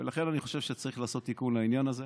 ולכן אני חושב שצריך לעשות תיקון לעניין הזה